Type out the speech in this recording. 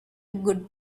good